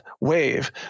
wave